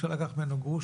שאי-אפשר לקחת ממנו גרוש,